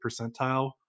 percentile